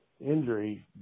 injury